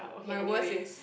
my worst is